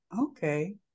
Okay